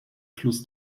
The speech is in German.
fluss